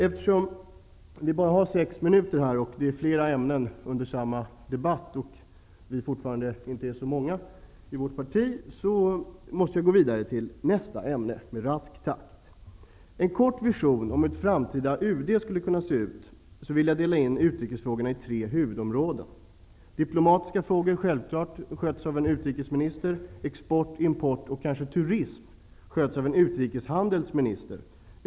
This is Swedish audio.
Eftersom vi bara har sex minuter till förfogande, flera ämnen skall behandlas i samma debattavsnitt och vårt parti fortfarande inte har så många ledamöter, går jag raskt vidare. Jag vill kort redovisa en vision av hur ett framtida UD skulle kunna se ut. Jag skulle vilja dela in utrikesfrågorna i tre huvudområden: - Diplomatiska frågor, som självklart sköts av en utrikesminister. - Export, import och turism, som handläggs av en utrikeshandelsminister.